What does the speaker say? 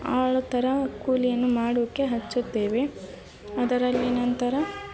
ಆಳು ಥರ ಕೂಲಿಯನ್ನು ಮಾಡೋಕ್ಕೆ ಹಚ್ಚುತ್ತೇವೆ ಅದರಲ್ಲಿ ನಂತರ